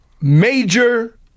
major